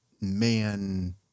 man